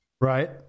Right